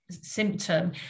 symptom